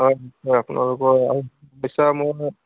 হয় হয় আপোনালোকৰ আৰু বিচাৰৰমৰ্মে